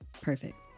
Perfect